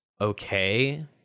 Okay